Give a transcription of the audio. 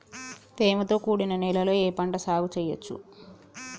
తేమతో కూడిన నేలలో ఏ పంట సాగు చేయచ్చు?